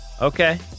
Okay